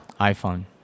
iPhone